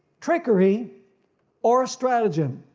trickery or stratagem,